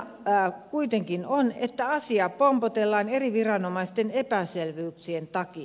huolena kuitenkin on että asiaa pompotellaan eri viranomaisten epäselvyyksien takia